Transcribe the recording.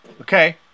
Okay